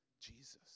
Jesus